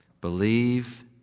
Believe